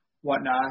whatnot